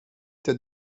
t’as